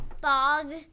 bog